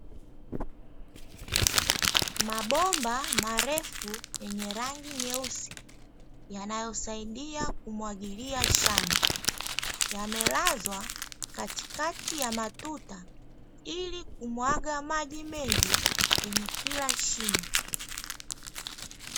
Mabomba marefu yenye rangi nyeusi, yanayosaidia kumwagilia shamba yamelazwa katikati ya matuta ili kumwaga maji mengi kwenye kila shina.